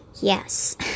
Yes